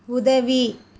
உதவி